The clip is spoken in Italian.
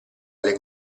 alle